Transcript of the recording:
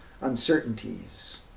uncertainties